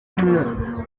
mwana